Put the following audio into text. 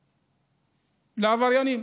לעבריינים.